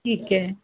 ਠੀਕ ਹੈ